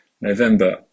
November